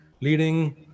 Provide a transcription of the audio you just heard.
leading